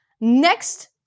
Next